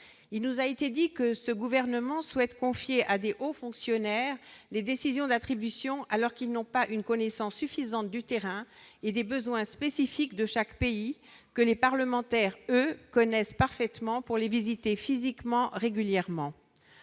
Il nous a été dit que ce gouvernement souhaitait confier à de « hauts fonctionnaires » les décisions d'attribution, alors qu'ils n'ont pas une connaissance suffisante du terrain et des besoins spécifiques de chaque pays que les parlementaires, eux, connaissent parfaitement pour les visiter « physiquement » régulièrement.